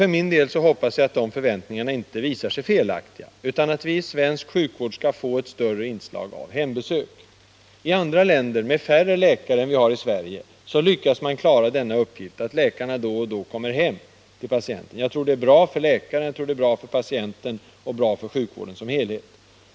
För min del hoppas jag att de förväntningarna inte visar sig felaktiga, utan att vi inom svensk sjukvård skall få ett större inslag av hembesök. I andra länder, med färre läkare än vi har i Sverige, lyckas man klara denna uppgift — att läkarna då och då kommer hem till patienterna. Jag tror att det är bra för läkaren, bra för patienten och bra för sjukvården som helhet.